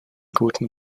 guten